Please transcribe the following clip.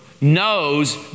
knows